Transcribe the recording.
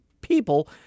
people